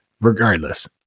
regardless